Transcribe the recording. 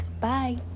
Bye